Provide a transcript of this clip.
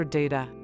data